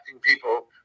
people